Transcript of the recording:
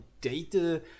data